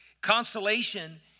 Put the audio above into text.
Consolation